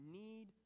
need